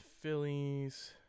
Phillies –